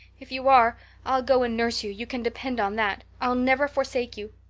if you are i'll go and nurse you, you can depend on that. i'll never forsake you.